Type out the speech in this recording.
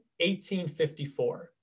1854